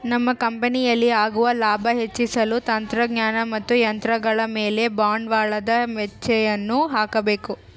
ನಮ್ಮ ಕಂಪನಿಯಲ್ಲಿ ಆಗುವ ಲಾಭ ಹೆಚ್ಚಿಸಲು ತಂತ್ರಜ್ಞಾನ ಮತ್ತು ಯಂತ್ರಗಳ ಮೇಲೆ ಬಂಡವಾಳದ ವೆಚ್ಚಯನ್ನು ಹಾಕಬೇಕು